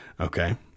Okay